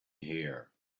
here